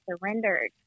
surrendered